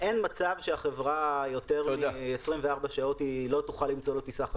אין מצב שהחברה יותר מ-24 שעות לא תוכל למצוא לו טיסה חלופית.